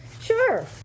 Sure